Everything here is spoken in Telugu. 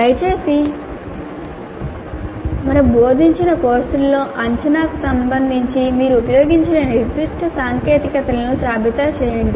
దయచేసి మీరు బోధించిన కోర్సుల్లో అంచనాకు సంబంధించి మీరు ఉపయోగించిన నిర్దిష్ట సాంకేతికతలను జాబితా చేయండి